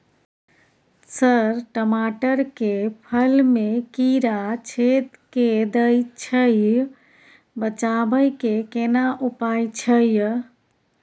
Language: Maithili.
सर टमाटर के फल में कीरा छेद के दैय छैय बचाबै के केना उपाय छैय?